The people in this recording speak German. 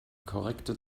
korrekte